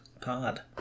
pod